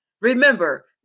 remember